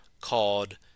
called